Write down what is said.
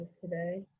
today